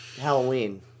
Halloween